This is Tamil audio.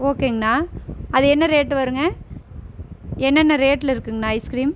ஓகேங்கண்ணா அது என்ன ரேட் வருங்க என்னென்ன ரேட்ல இருக்குங்கணா ஐஸ்கிரீம்